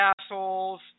assholes